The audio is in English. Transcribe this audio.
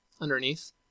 underneath